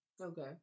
Okay